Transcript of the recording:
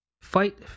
fight